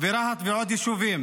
ורהט ועוד יישובים.